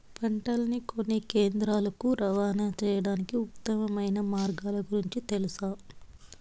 పంటలని కొనే కేంద్రాలు కు రవాణా సేయడానికి ఉత్తమమైన మార్గాల గురించి తెలుసా?